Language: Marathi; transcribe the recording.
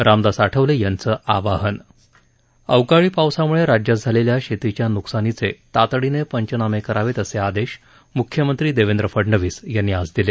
रामदास आठवले यांचं आवाहन अवकाळी पावसामुळे राज्यात झालेल्या शेतीच्या नुकसानीचे तातडीने पंचनामे करावेत असे आदेश मुख्यमंत्री देवेंद्र फडणवीस यांनी आज दिले